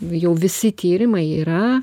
jau visi tyrimai yra